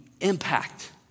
impact